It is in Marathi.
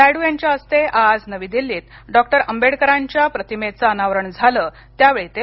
नायडू यांच्या हस्ते आज नवी दिल्लीत डॉक्टर आंबेडकरांच्या प्रतिमेचं अनावरण झालं त्यावेळी ते बोलत होते